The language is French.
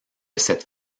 cette